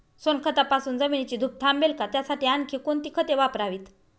सोनखतापासून जमिनीची धूप थांबेल का? त्यासाठी आणखी कोणती खते वापरावीत?